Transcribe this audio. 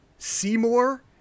Seymour